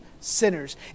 sinners